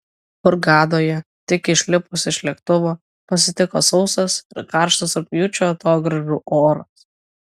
hurgadoje tik išlipus iš lėktuvo pasitiko sausas ir karštas rugpjūčio atogrąžų oras